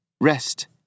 rest